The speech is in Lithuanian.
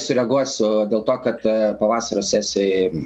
sureaguosiu dėl to kad pavasario sesijoj